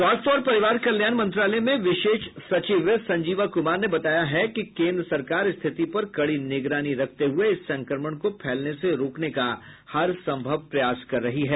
स्वास्थ्य और परिवार कल्याण मंत्रालय में विशेष सचिव संजीवा कुमार ने बताया है कि केन्द्र सरकार स्थिति पर कड़ी निगरानी रखते हुए इस संक्रमण को फैलने से रोकने का हरसंभव प्रयास कर रही है